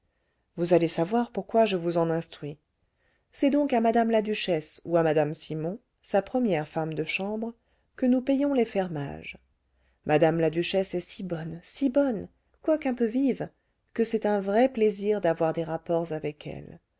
vous allez savoir pourquoi je vous en instruis c'est donc à mme la duchesse ou à mme simon sa première femme de chambre que nous payons les fermages mme la duchesse est si bonne si bonne quoiqu'un peu vive que c'est un vrai plaisir d'avoir des rapports avec elle